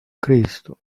cristo